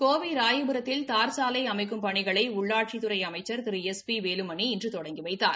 கோவை ராயபுரத்தில் தார்சாலை அமைக்கும் பணிகளை உள்ளாட்சித்துறை அமைச்சர் திரு எஸ் பி வேலுமணி இன்று தொடங்கி வைத்தார்